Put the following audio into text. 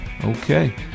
Okay